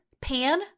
pan